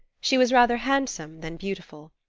she was rather handsome than beautiful.